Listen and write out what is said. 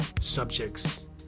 subjects